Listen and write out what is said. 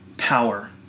power